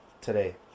today